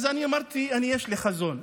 אז אני אמרתי שיש לי חזון,